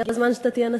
הגיע הזמן שהיא תהיה שרה.